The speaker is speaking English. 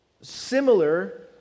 similar